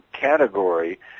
category